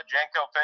Jenko